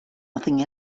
nothing